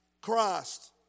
Christ